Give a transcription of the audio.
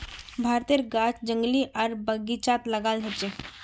भारतेर गाछ जंगली आर बगिचात लगाल होचे